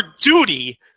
duty